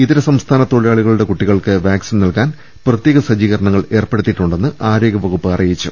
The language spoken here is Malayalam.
ഇതര സംസ്ഥാന തൊഴിലാളികളുടെ കുട്ടികൾക്ക് വാക്സിൻ നൽകാൻ പ്രത്യേക സജ്ജീകരണങ്ങൾ ഏർപ്പെടുത്തിയിട്ടുണ്ടെന്ന് ആരോഗൃവകുപ്പ് അറിയിച്ചു